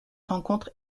rencontres